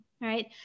Right